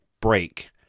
break